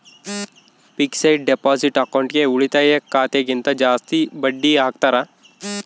fixed deposit ಅಕೌಂಟ್ಗೆ ಉಳಿತಾಯ ಖಾತೆ ಗಿಂತ ಜಾಸ್ತಿ ಬಡ್ಡಿ ಹಾಕ್ತಾರ